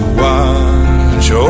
watch